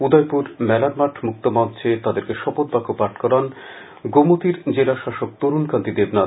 উদয়পুর মেলারমাঠ মুক্তমঞ্চে তাদেরকে শপথ বাক্য পাঠ করান গোমতী জেলাশাসক তরুণ কান্তি দেবনাখ